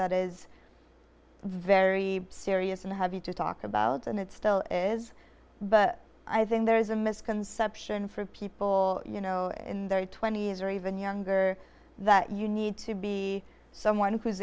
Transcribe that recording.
that is very serious and heavy to talk about and it still is but i think there is a misconception for people you know in their twenty's or even younger that you need to be someone who is